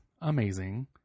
amazing